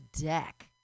deck